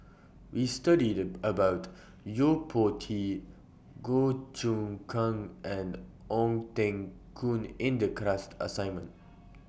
We studied about Yo Po Tee Goh Choon Kang and Ong Teng Koon in The class assignment